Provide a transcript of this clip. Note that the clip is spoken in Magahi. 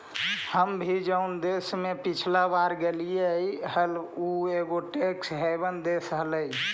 हम भी जऊन देश में पिछला बार गेलीअई हल ऊ एगो टैक्स हेवन देश हलई